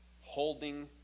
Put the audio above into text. holding